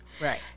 Right